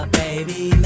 baby